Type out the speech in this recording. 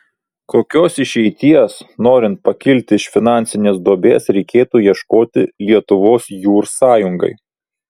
kokios išeities norint pakilti iš finansinės duobės reikėtų ieškoti lietuvos jūr sąjungai